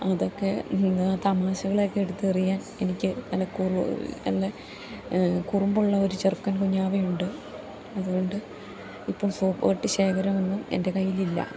അതൊക്കെ ഇന്ന് തമാശകളൊക്കെ എടുത്തെറിയാൻ എനിക്ക് നല്ല നല്ല കുറുമ്പുള്ള ഒരു ചെറുക്കൻ കുഞ്ഞാവ ഉണ്ട് അതുകൊണ്ട് ഇപ്പം സോപ്പ്പെട്ടി ശേഖരമൊന്നും എൻ്റെ കയ്യിലില്ല